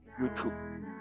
YouTube